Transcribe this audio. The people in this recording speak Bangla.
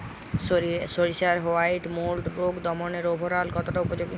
সরিষার হোয়াইট মোল্ড রোগ দমনে রোভরাল কতটা উপযোগী?